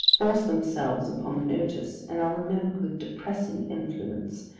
force themselves upon the notice, and are remembered with depressing influence,